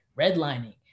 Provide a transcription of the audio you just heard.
redlining